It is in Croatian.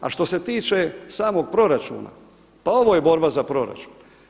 A što se tiče samog proračuna pa ovo je borba za proračun.